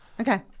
Okay